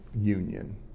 union